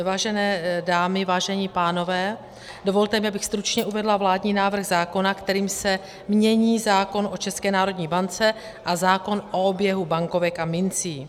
Vážené dámy, vážení pánové, dovolte mi, abych stručně uvedla vládní návrh zákona, kterým se mění zákon o České národní bance a zákon o oběhu bankovek a mincí.